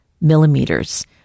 millimeters